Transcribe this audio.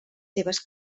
seves